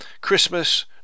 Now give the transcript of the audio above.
Christmas